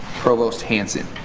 provost hanson.